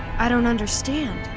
i don't understand.